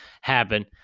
happen